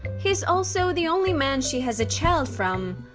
he is also the only man she has a child from.